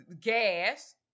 gas